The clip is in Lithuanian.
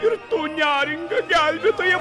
ir po neringą gelbėtoją